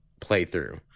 playthrough